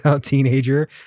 teenager